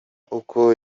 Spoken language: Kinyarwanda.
uko